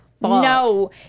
No